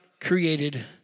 created